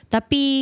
Tapi